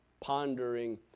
pondering